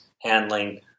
handling